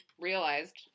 realized